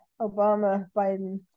Obama-Biden